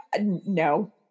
No